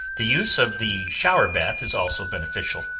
the use of the shower bath is also beneficial.